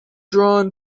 drawn